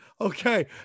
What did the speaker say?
Okay